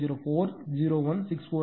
00401649 j0